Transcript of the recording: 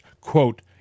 quote